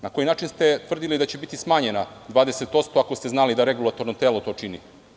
Na koji način ste tvrdili da će biti smanjena 20%, ako ste znali da regulatorno telo to čini?